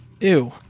Ew